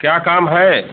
क्या काम है